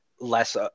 less